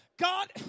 God